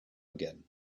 again